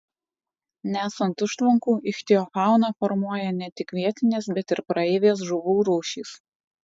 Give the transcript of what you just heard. nesant užtvankų ichtiofauną formuoja ne tik vietinės bet ir praeivės žuvų rūšys